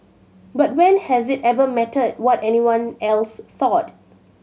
but when has it ever mattered what anyone else thought